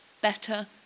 better